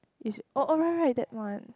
is it oh oh right right that one